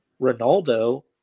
Ronaldo